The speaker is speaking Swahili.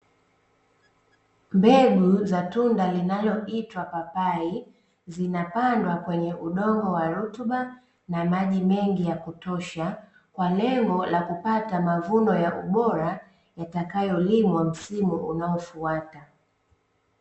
Mbegu za tunda linaloitwa papai zinapandwa kwenye udongo wa rutuba na maji mengi ya kutosha, kwa lengo la kupata mavuno ya ubora yatakayolimwa msimu unaofuata.